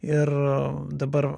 ir dabar